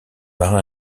marin